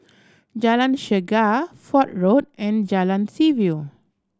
Jalan Chegar Fort Road and Jalan Seaview